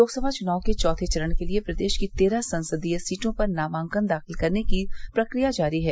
लोकसभा चुनाव के चौथे चरण के लिये प्रदेश की तेरह संसदीय सीटों पर नामांकन दाखिल करने की प्रक्रिया जारी है